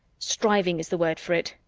striving is the word for it,